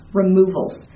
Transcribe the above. removals